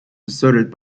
deserted